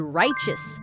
righteous